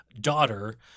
daughter